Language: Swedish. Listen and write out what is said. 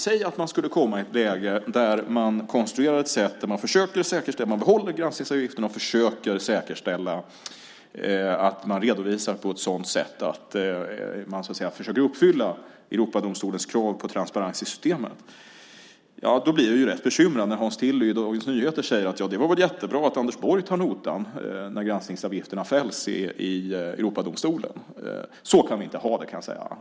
Säg att man skulle komma i ett läge där man konstruerar ett sätt där man behåller granskningsavgifterna och försöker säkerställa att man redovisar på ett sådant sätt att man uppfyller Europadomstolens krav på transparens i systemet. Jag blir rätt bekymrad när Hans Tilly i Dagens Nyheter säger att det var jättebra att Anders Borg tar notan när granskningsavgifterna fälls i Europadomstolen. Så kan vi inte ha det.